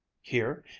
here.